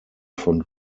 von